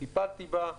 טיפלתי בה.